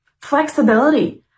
Flexibility